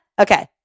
Okay